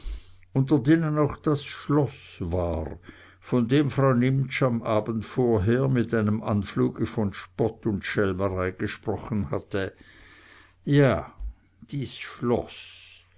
unter denen auch das schloß war von dem frau nimptsch am abend vorher mit einem anfluge von spott und schelmerei gesprochen hatte ja dies schloß